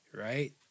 Right